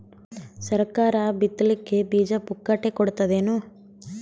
ಸರಕಾರ ಬಿತ್ ಲಿಕ್ಕೆ ಬೀಜ ಪುಕ್ಕಟೆ ಕೊಡತದೇನು?